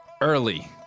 early